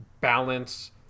balance –